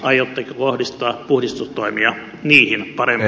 aiotteko kohdistaa puhdistustoimia niihin paremmin